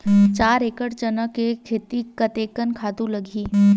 चार एकड़ चना के खेती कतेकन खातु लगही?